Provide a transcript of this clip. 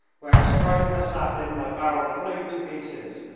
where, striking a sapling, my barrel flew to pieces.